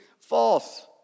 false